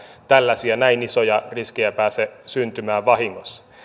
tällaisia näin isoja riskejä ei myöskään pääse syntymään vahingossa